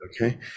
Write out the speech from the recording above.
Okay